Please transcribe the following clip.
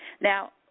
Now